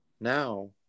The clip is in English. now